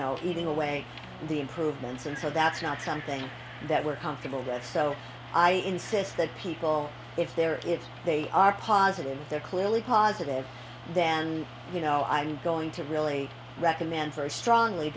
know eating away the improvements and so that's not something that we're comfortable that so i insist that people if they're if they are positive they're clearly positive then you know i'm going to really recommend very strongly